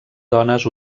dones